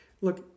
Look